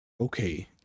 okay